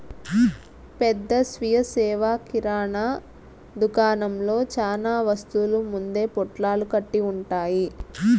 పెద్ద స్వీయ సేవ కిరణా దుకాణంలో చానా వస్తువులు ముందే పొట్లాలు కట్టి ఉంటాయి